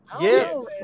Yes